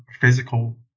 physical